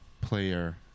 player